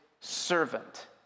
servant